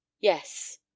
Yes